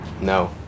No